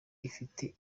ifite